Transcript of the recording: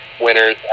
winners